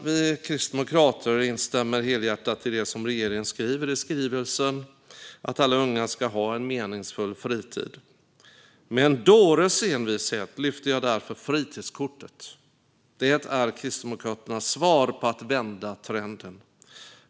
Vi kristdemokrater instämmer helhjärtat i det som regeringen skriver i skrivelsen att alla unga ska ha en meningsfull fritid. Med en dåres envishet lyfter jag därför fram fritidskortet. Det är Kristdemokraternas svar för att vända trenden.